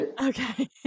Okay